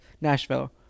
Nashville